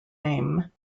name